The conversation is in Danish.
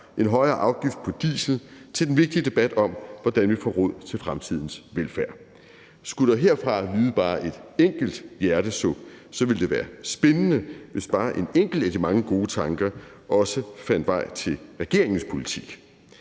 en højere afgift på diesel til den vigtige debat om, hvordan vi får råd til fremtidens velfærd. Skulle der herfra lyde bare et enkelt hjertesuk, ville det være spændende, hvis bare en enkelt af de mange gode tanker også fandt vej til regeringens politik.